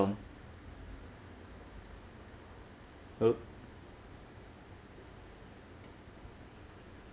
!oops!